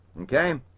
okay